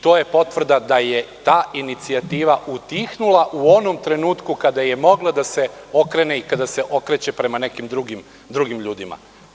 To je potvrda da je ta inicijativa utihnula u onom trenutku kada je mogla da se okrene i kada se okreće prema nekim drugim ljudima.